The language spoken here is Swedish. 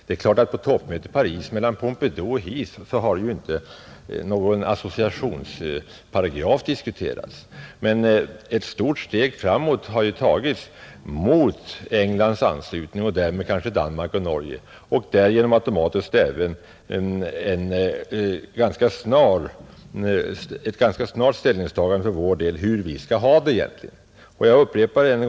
Det är klart att på toppmötet i Paris mellan Pompidou och Heath har inte någon associeringsparagraf diskuterats, men ett stort steg framåt har tagits mot Englands anslutning och därmed kanske Danmarks och Norges, kanske automatiskt även mot ett ganska snart ställningstagande för vår del hur vi egentligen skall ha det.